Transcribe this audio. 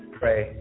pray